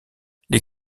les